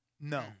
No